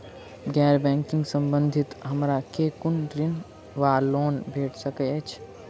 गैर बैंकिंग संबंधित हमरा केँ कुन ऋण वा लोन भेट सकैत अछि?